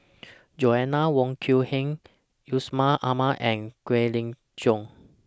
Joanna Wong Quee Heng Yusman Aman and Kwek Leng Joo